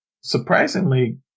surprisingly